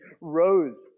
rose